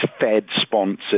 Fed-sponsored